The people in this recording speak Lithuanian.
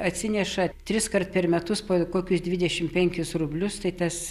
atsineša triskart per metus po kokius dvidešimt penkis rublius tai tas